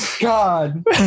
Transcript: God